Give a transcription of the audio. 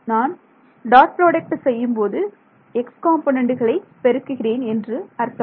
நான் dot product செய்யும்போது x காம்பொனன்டுகளை பெருக்குகிறேன் என்று அர்த்தம்